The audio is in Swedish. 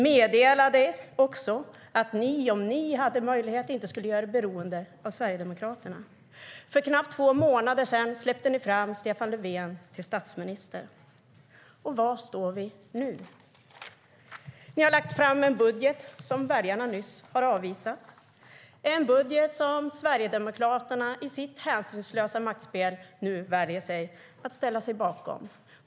Ni meddelade också att ni om ni hade möjlighet inte skulle göra er beroende av Sverigedemokraterna. För knappt två månader sedan släppte ni fram Stefan Löfven till statsminister. Var står vi nu? Ni har lagt fram en budget som väljarna nyss har avvisat, en budget som Sverigedemokraterna i sitt hänsynslösa maktspel nu väljer att ställa sig bakom.